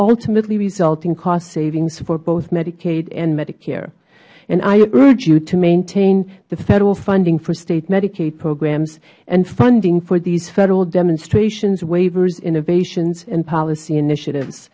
ultimately result in cost savings for both medicaid and medicare i urge you to maintain the federal funding for state medicaid programs and funding for these federal demonstrations waivers innovations and policy initiative